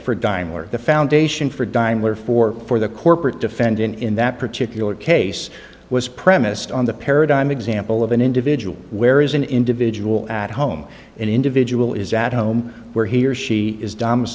a dime where the foundation for dime where for for the corporate defendant in that particular case was premised on the paradigm example of an individual where is an individual at home an individual is at home where he or she is domi